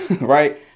right